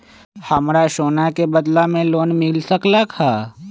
हमरा सोना के बदला में लोन मिल सकलक ह?